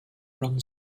run